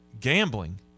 gambling